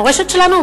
המורשת שלנו,